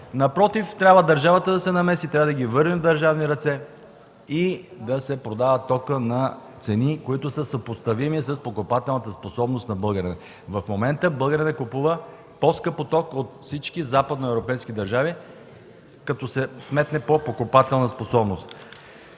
Напротив, трябва държавата да се намеси, да ги върнем в държавни ръце и токът да се продава на цени, съпоставими с покупателната способност на българина. В момента българинът купува по-скъпо ток от всички западноевропейски държави, като се сметне по покупателна способност.